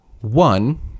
one